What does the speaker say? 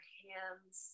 hands